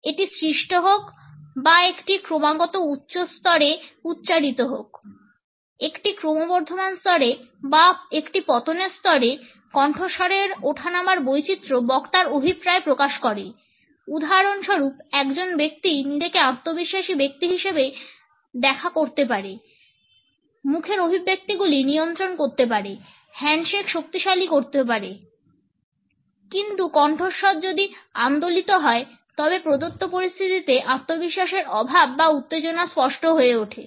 এটি সৃষ্ট হোক বা একটি ক্রমাগত উচ্চ স্তরে উচ্চারিত হোক একটি ক্রমবর্ধমান স্তরে বা একটি পতনের স্তরে কণ্ঠস্বরের ওঠানামার বৈচিত্র্য বক্তার অভিপ্রায় প্রকাশ করে উদাহরণস্বরূপ একজন ব্যক্তি নিজেকে আত্মবিশ্বাসী ব্যক্তি হিসাবে দেখা করতে পারে মুখের অভিব্যক্তিগুলি নিয়ন্ত্রণ করতে পারে হ্যান্ডশেক শক্তিশালী হতে পারে কিন্তু কণ্ঠস্বর যদি আন্দোলিত হয় তবে প্রদত্ত পরিস্থিতিতে আত্মবিশ্বাসের অভাব বা উত্তেজনা স্পষ্ট হয়ে ওঠে